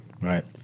Right